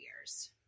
years